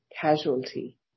casualty